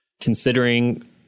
considering